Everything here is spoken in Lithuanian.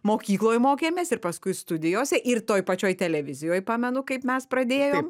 mokykloj mokėmės ir paskui studijose ir toj pačioj televizijoj pamenu kaip mes pradėjom